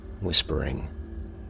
Whispering